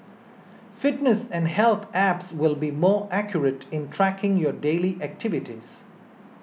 fitness and health apps will be more accurate in tracking your daily activities